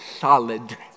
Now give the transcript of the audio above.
solid